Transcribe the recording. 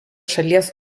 šalies